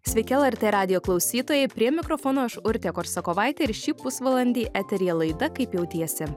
sveiki lrt radijo klausytojai prie mikrofono aš urtė korsakovaitė ir šį pusvalandį eteryje laida kaip jautiesi